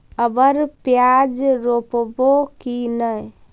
अबर प्याज रोप्बो की नय?